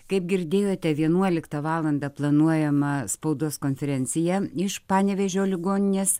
kaip girdėjote vienuoliktą valandą planuojama spaudos konferencija iš panevėžio ligoninės